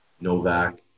Novak